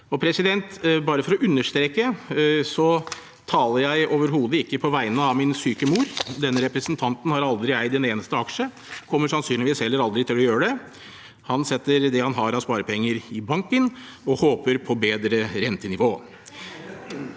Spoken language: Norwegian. pliktbestemmelse. Bare for å understreke det: Jeg taler overhodet ikke på vegne av min syke mor. Denne representanten har aldri eid en eneste aksje og kommer sannsynligvis heller aldri til å gjøre det. Han setter det han har av sparepenger, i banken, og håper på bedre rentenivå.